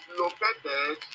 located